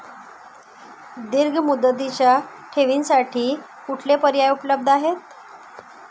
दीर्घ मुदतीच्या ठेवींसाठी कुठले पर्याय उपलब्ध आहेत?